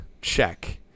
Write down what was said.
check